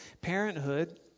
parenthood